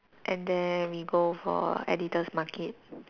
and then we go for Editor's Market